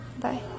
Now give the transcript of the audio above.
Bye